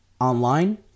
online